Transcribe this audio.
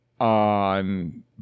on